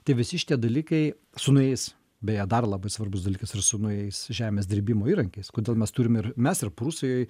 tai visi šitie dalykai su naujais beje dar labai svarbus dalykas ir su naujais žemės dirbimo įrankiais kodėl mes turim ir mes ir prūsijoj